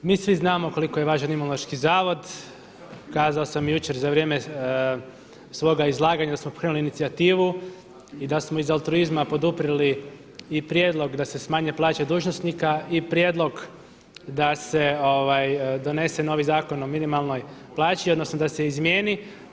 Mi svi znamo koliko je važan Imunološki zavod, kazao sam jučer za vrijeme svoga izlaganja da smo pokrenuli inicijativu i da smo iz altruizma poduprijeli i prijedlog da se smanje plaže dužnosnika i prijedlog da se donese novi Zakon o minimalnoj plaći odnosno da se izmjeni.